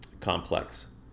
complex